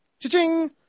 Cha-ching